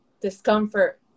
discomfort